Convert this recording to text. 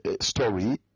story